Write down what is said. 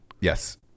Yes